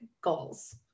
goals